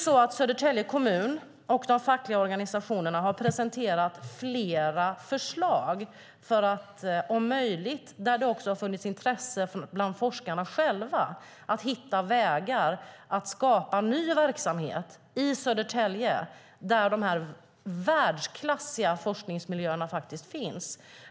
Södertälje kommun och de fackliga organisationerna har presenterat flera förslag där det också har funnits intresse bland forskarna själva att hitta vägar att skapa ny verksamhet i Södertälje där dessa världsklassiga forskningsmiljöer faktiskt finns.